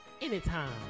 Anytime